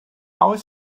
oes